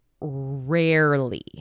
rarely